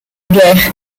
guerre